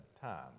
time